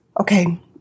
Okay